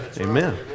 Amen